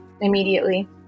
immediately